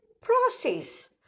process